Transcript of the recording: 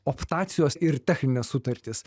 optacijos ir techninės sutartys